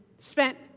spent